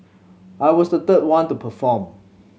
I was the third one to perform